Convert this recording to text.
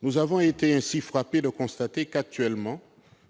Nous avons été ainsi frappés de constater que, actuellement,